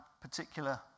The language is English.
particular